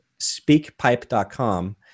speakpipe.com